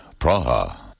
Praha